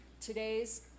today's